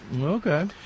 Okay